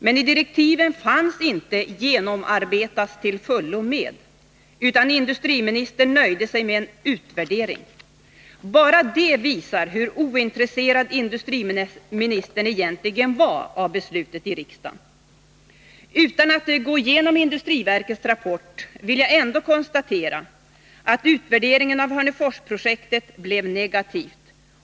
Men i direktiven fanns inte orden ”genomarbetas till fullo” med, utan industriministern nöjde sig med en utvärdering. Bara det visar hur ointresserad industriministern egentligen var av beslutet i riksdagen. Utan att gå igenom industriverkets rapport vill jag ändå konstatera att utvärderingen av Hörneforsprojektet blev negativ.